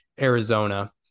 Arizona